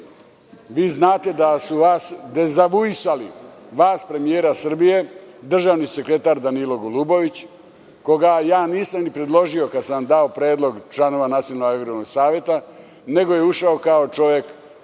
Vi znate da su vas dezavuisali, vas premijera Srbije državni sekretar Danilo Golubović, koga ja nisam ni predložio kad sam dao predlog članova Nacionalnog agrarnog saveta nego je ušao kao čovek